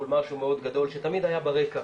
מול משהו מאוד גדול שתמיד היה ברקע,